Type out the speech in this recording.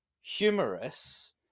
humorous